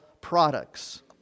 products